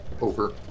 over